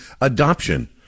adoption